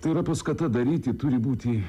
tai yra paskata daryti turi būti